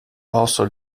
also